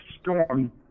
storm